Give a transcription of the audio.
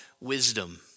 wisdom